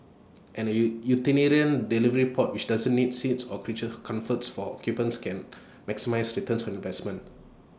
and A utilitarian delivery pod which doesn't need seats or creature comforts for occupants can maximise return on investment